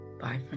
Bye